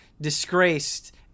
Disgraced